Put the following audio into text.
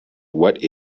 what